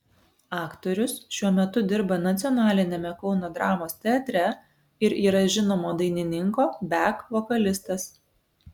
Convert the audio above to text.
aktorius šiuo metu dirba nacionaliniame kauno dramos teatre ir yra žinomo dainininko bek vokalistas